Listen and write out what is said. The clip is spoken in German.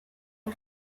der